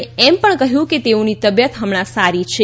તેમણે એમ પણ કહ્યું કે તેઓની તબિયત હમણાં સારી છે